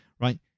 right